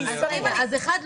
המספרים --- אז אחד,